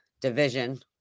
division